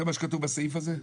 זה מה שכתוב בסעיף הזה?